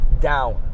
down